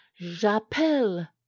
J'appelle